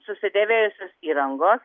susidėvėjusios įrangos